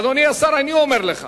אדוני השר, אני אומר לך